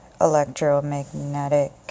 electromagnetic